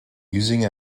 using